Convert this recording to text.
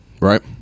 right